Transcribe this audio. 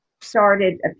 started